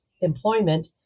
employment